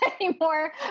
anymore